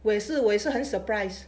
我也是我也是很 surprise